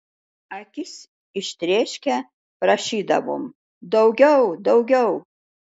akis ištrėškę prašydavom daugiau daugiau